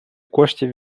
коштів